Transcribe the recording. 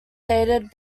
dated